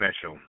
special